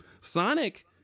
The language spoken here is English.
Sonic